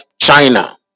China